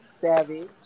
savage